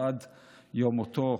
עד יום מותו.